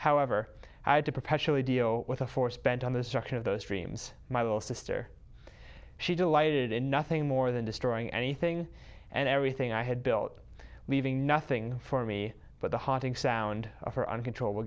however i had to perpetually deal with a force bent on the structure of those streams my little sister she delighted in nothing more than destroying anything and everything i had built leaving nothing for me but the haunting sound of her uncontrollable